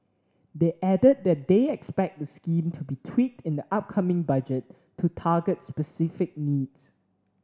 they added that they expect the scheme to be tweaked in the upcoming Budget to target specific needs